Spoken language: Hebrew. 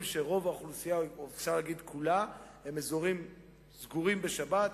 סגורים בשבת,